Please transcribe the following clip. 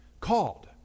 Called